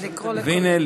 והינה,